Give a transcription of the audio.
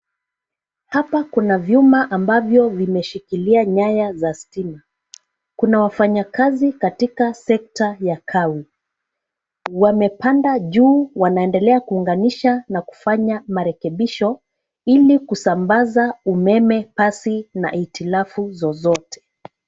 Hapa kuna vyuma ambavyo vinashukilia nyaya za stima. Kuna wafanyikazi katika sekta ya Kawi. Wamepanda juu wanaendelea kuunganisha na kufanya marekebisho ili kusambaza umeme pasi na hitilafu zozote.